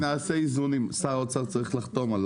--- שנעשה איזונים, שר האוצר צריך לחתום.